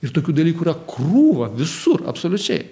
ir tokių dalykų yra krūva visur absoliučiai